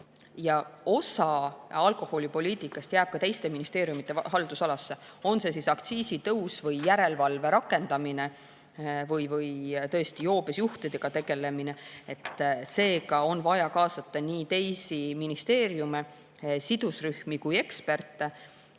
Osa alkoholipoliitikast jääb ka teiste ministeeriumide haldusalasse, on see aktsiisitõus või järelevalve rakendamine või joobes juhtidega tegelemine. Seega on vaja kaasata nii teisi ministeeriume, sidusrühmi kui ka eksperte